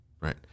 right